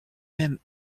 même